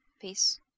Peace